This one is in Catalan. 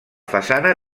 façana